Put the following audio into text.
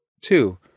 Two